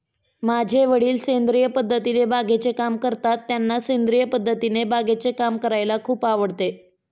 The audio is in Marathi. माझे वडील सेंद्रिय पद्धतीने बागेचे काम करतात, त्यांना सेंद्रिय पद्धतीने बागेचे काम करायला खूप आवडते